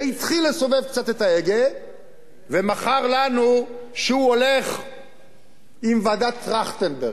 והתחיל לסובב קצת את ההגה ומכר לנו שהוא הולך עם ועדת-טרכטנברג.